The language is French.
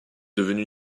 devenu